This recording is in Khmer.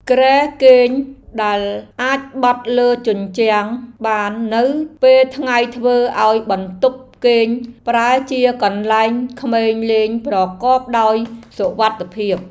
គ្រែគេងដែលអាចបត់លើកជញ្ជាំងបាននៅពេលថ្ងៃធ្វើឱ្យបន្ទប់គេងប្រែជាកន្លែងក្មេងលេងប្រកបដោយសុវត្ថិភាព។